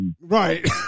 Right